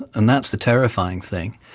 and that's the terrifying thing.